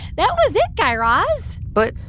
that was it, guy raz but,